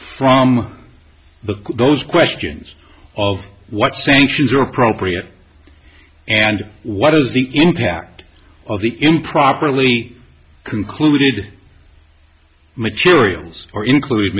from the those questions of what sanctions are appropriate and what is the impact of the improperly concluded materials or include